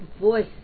voice